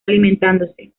alimentándose